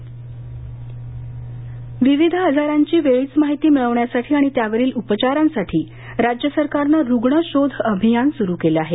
अभियान विविध आजारांची वेळीच माहिती मिळण्यासाठी आणि त्यावरील उपचारांसाठी राज्य सरकारनं रुग्ण शोध अभियान सुरु केलं आहे